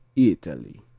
italy